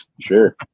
Sure